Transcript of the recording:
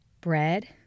bread